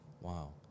Wow